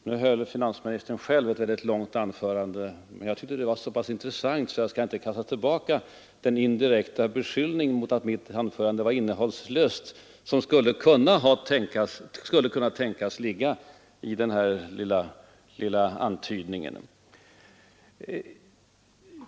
Sedan höll finansministern själv ett mycket långt anförande, Men jag tyckte det var så intressant att jag inte skall kasta tillbaka den indirekta beskyllning för att mitt anförande här var innehållslöst som skulle kunna tänkas ligga i finansministerns lilla antydning.